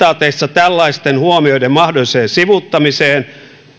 tällaisten huomioiden mahdolliseen sivuuttamiseen